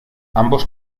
ambos